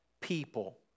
people